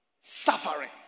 suffering